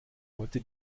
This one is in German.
wollte